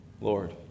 Lord